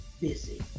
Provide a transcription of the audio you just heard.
busy